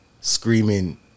screaming